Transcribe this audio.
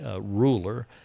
ruler